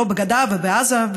לא בגדה ולא בעזה,